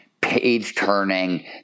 page-turning